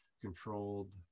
controlled